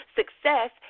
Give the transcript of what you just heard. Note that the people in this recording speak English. success